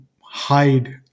hide